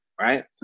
right